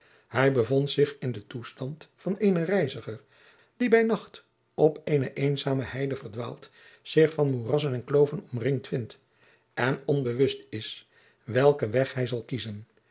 hij bevond zich in den toestand van eenen reiziger die bij nacht op eene eenzame heide verdwaald zich van moerassen en kloven omringd vindt en onbewust is welken weg hij zal kiezen